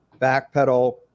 backpedal